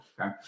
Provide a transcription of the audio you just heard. okay